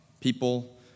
people